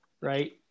right